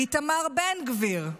איתמר בן גביר.